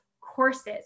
courses